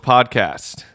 Podcast